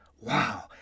Wow